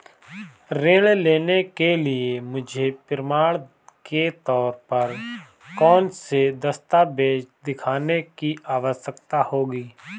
ऋृण लेने के लिए मुझे प्रमाण के तौर पर कौनसे दस्तावेज़ दिखाने की आवश्कता होगी?